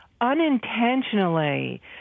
unintentionally